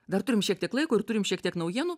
dar turim šiek tiek laiko ir turim šiek tiek naujienų